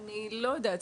אני לא יודעת.